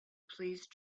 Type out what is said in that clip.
please